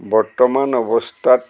বৰ্তমান অৱস্থাত